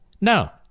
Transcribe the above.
No